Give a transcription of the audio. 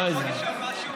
אני יכול לשאול משהו?